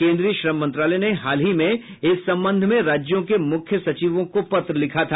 केंद्रीय श्रम मंत्रालय ने हाल ही में इस संबंध में राज्यों के मुख्य सचिवों को पत्र लिखा था